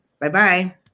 Bye-bye